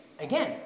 Again